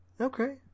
Okay